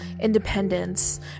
independence